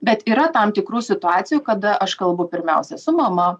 bet yra tam tikrų situacijų kada aš kalbu pirmiausia su mama